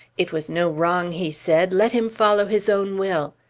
it was no wrong, he said let him follow his own will.